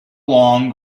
long